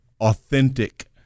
authentic